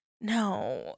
No